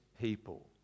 people